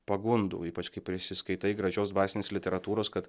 pagundų ypač kai prisiskaitai gražios dvasinės literatūros kad